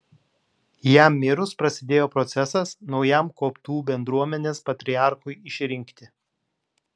jam mirus prasidėjo procesas naujam koptų bendruomenės patriarchui išrinkti